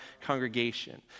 congregation